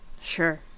Sure